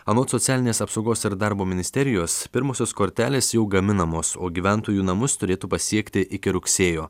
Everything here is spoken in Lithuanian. anot socialinės apsaugos ir darbo ministerijos pirmosios kortelės jau gaminamos o gyventojų namus turėtų pasiekti iki rugsėjo